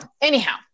anyhow